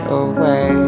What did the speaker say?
away